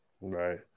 Right